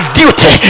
duty